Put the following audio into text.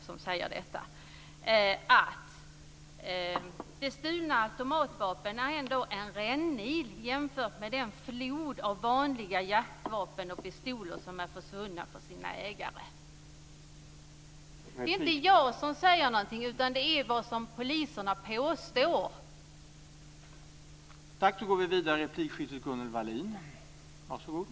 Han säger att de stulna automatvapnen ändå är en rännil jämfört med den flod av vanliga jaktvapen och pistoler som är försvunna från sina ägare. Det är inte jag som säger det, utan det är en polis som påstår det.